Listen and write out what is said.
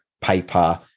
paper